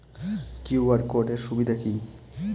QR code এর সুবিধা কি?